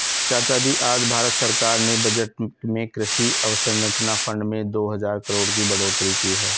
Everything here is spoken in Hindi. चाचाजी आज भारत सरकार ने बजट में कृषि अवसंरचना फंड में दो हजार करोड़ की बढ़ोतरी की है